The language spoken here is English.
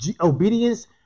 obedience